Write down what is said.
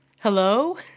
hello